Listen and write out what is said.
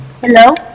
Hello